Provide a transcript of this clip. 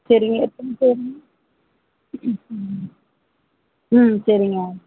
சரிங்க எத்தனை பேருங்க ம் சரிங்க